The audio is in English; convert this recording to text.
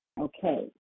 Okay